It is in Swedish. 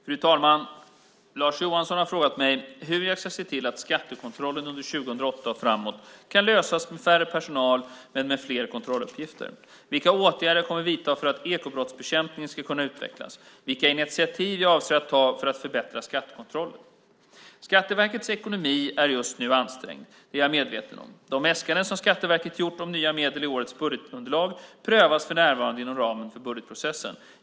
Fru talman! Lars Johansson har frågat mig hur jag ska se till att skattekontrollen under 2008 och framåt kan lösas med färre personal men med fler kontrolluppgifter, vilka åtgärder jag kommer att vidta för att ekobrottsbekämpningen ska kunna utvecklas och vilka initiativ jag avser att ta för att förbättra skattekontrollen. Skatteverkets ekonomi är just nu ansträngd; det är jag medveten om. De äskanden som Skatteverket gjort om nya medel i årets budgetunderlag prövas för närvarande inom ramen för budgetprocessen.